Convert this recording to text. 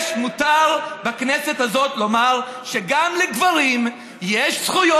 מותר בכנסת הזאת לומר שגם לגברים יש זכות